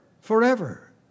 Forever